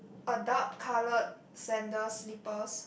a dark coloured sandals slippers